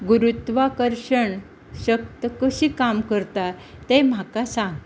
गुरूत्वाकर्शण शक्त कशी काम करता तें म्हाका सांग